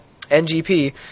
NGP